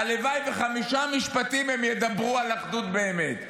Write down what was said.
הלוואי וחמישה משפטים הם ידברו על אחדות באמת,